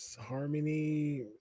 harmony